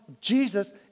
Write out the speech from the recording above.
Jesus